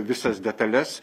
visas detales